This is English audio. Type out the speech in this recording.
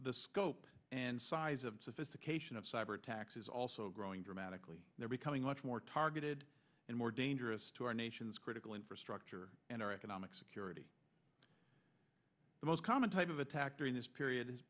the scope and size of sophistication of cyber attacks is also growing dramatically they're becoming much more targeted and more dangerous to our nation's critical infrastructure and our economic security the most common type of attack during this period is